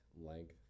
length